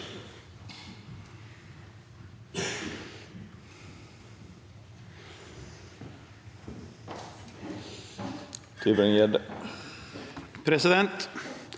Presidenten